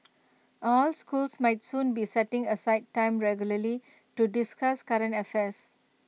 all schools might soon be setting aside time regularly to discuss current affairs